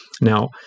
now